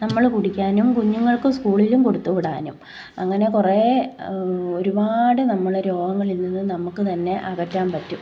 നമ്മൾ കുടിക്കാനും കുഞ്ഞുങ്ങൾക്ക് സ്കൂളിലും കൊടുത്തുവിടാനും അങ്ങനെ കുറേ ഒരുപാട് നമ്മൾ രോഗങ്ങളിൽ നിന്ന് നമുക്ക് തന്നെ അകറ്റാൻ പറ്റും